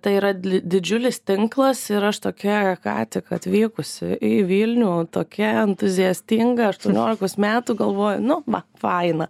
tai yra didžiulis tinklas ir aš tokia ką tik atvykusi į vilnių tokia entuziastinga aštuoniolikos metų galvoju nu va faina